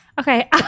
Okay